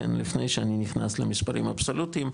לפני שאני נכנס למספרים אבסולוטיים,